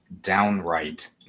downright